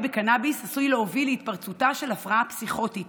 בקנביס עשוי להוביל להתפרצותה של הפרעה פסיכוטית